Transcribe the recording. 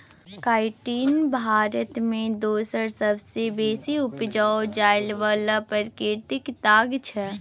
chitin Bharat मे दोसर सबसँ बेसी उपजाएल जाइ बला प्राकृतिक ताग छै